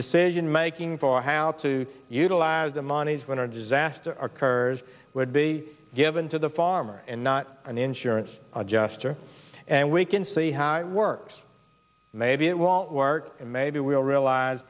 decision making for how to utilize the monies when our disaster occurs would be given to the farmer and not an insurance adjuster and we can see how it works maybe it won't work and maybe we'll realize